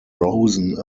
rosen